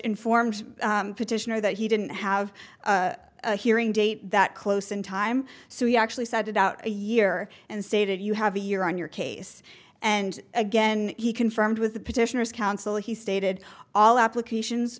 informed petitioner that he didn't have a hearing date that close in time so he actually started out a year and stated you have a you're on your case and again he confirmed with the petitioners council he stated all applications